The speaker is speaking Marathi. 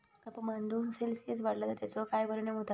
तापमान दोन सेल्सिअस वाढला तर तेचो काय परिणाम होता?